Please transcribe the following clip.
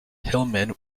hillman